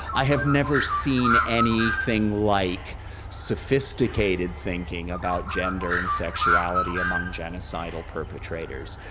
i have never seen anything like sophisticated thinking about gender and sexuality among genocidal perpetrators.